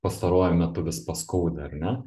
pastaruoju metu vis paskaudi ar ne